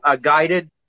guided